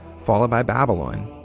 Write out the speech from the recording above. followed by babylon.